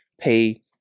pay